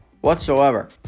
Whatsoever